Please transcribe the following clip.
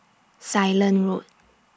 Ceylon Road